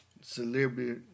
celebrity